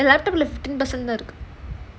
fifteen percent தான் இருக்கு:thaan irukku